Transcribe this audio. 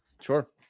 Sure